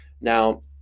Now